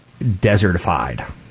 desertified